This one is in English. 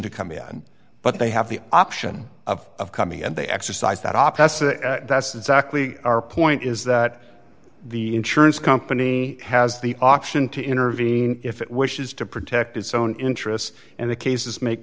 to come in but they have the option of coming and they exercise that option that's exactly our point is that the insurance company has the option to intervene if it wishes to protect its own interests and the cases make